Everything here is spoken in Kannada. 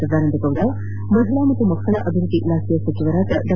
ಸದಾನಂದಗೌಡ ಮಹಿಳಾ ಮತ್ತು ಮಕ್ಕಳ ಅಭಿವೃದ್ದಿ ಇಲಾಖೆ ಸಚಿವೆ ಡಾ